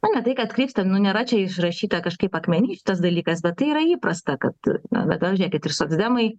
na ne tai kad krypstam nu nėra čia išrašyta kažkaip akmeny šitas dalykas bet yra įprasta kad na be to žiūrųkit ir socdemai